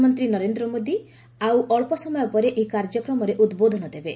ପ୍ରଧାନମନ୍ତ୍ରୀ ନରେନ୍ଦ୍ର ମୋଦି ଆଉ ଅଳ୍ପ ସମୟ ପରେ ଏହି କାର୍ଯ୍ୟକ୍ରମରେ ଉଦ୍ବୋଧନ ଦେବେ